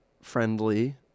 friendly